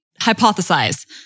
hypothesize